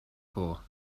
for